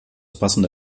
passende